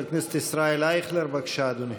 חבר הכנסת ישראל אייכלר, בבקשה, אדוני.